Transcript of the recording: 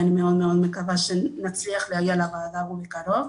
ואני מאוד מאוד מקווה שנצליח להגיע לוועדה בקרוב,